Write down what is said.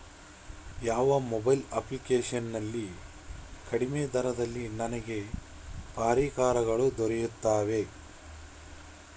ಯಾವ mobile application ನಲ್ಲಿ ಕಡಿಮೆ ದರದಲ್ಲಿ ನನಗೆ ಪರಿಕರಗಳು ದೊರೆಯುತ್ತವೆ?